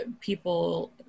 people